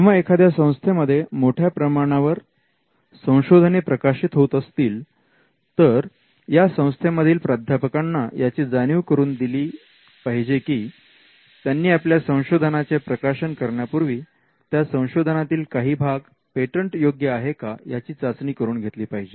तेव्हा एखाद्या संस्थेमध्ये मोठ्या प्रमाणावर संशोधने प्रकाशित होत असतील तर या संस्थेमधील प्राध्यापकांना याची जाणीव करून दिली पाहिजे की त्यांनी आपल्या संशोधनाचे प्रकाशन करण्यापूर्वी त्या संशोधनातील काही भाग पेटंटयोग्य आहे का याची चाचणी करून घेतली पाहिजे